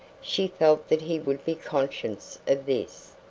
she felt that he would be conscious of this?